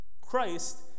Christ